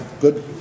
good